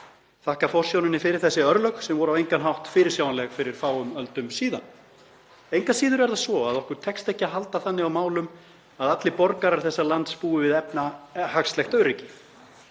þakka forsjóninni fyrir þessi örlög sem voru á engan hátt fyrirsjáanleg fyrir fáum öldum síðan. Engu að síður er það svo að okkur tekst ekki að halda þannig á málum að allir borgarar þessa lands búi við efnahagslegt öryggi.